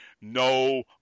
No